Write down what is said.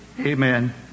amen